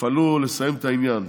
תפעלו לסיים את העניין.